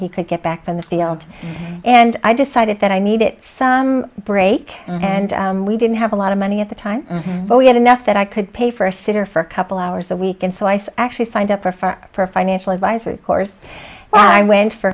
he could get back on the field and i decided that i needed some break and we didn't have a lot of money at the time but we had enough that i could pay for a sitter for a couple hours a week and so i actually signed up for for for a financial advisor course i went for